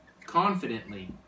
confidently